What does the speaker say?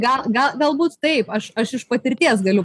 gal gal galbūt taip aš aš iš patirties galiu